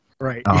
right